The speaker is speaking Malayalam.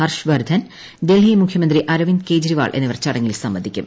ഹർഷ് വർദ്ധൻ ഡൽഹി മുഖ്യമന്ത്രി അരവിന്ദ് കെജ്രിവാൾ എന്നിവർ ചടങ്ങിൽ സംബന്ധിക്കും